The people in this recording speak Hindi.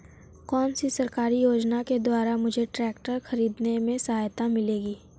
कौनसी सरकारी योजना के द्वारा मुझे ट्रैक्टर खरीदने में सहायता मिलेगी?